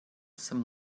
some